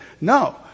No